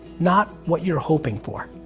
not what you're hoping for.